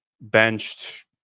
benched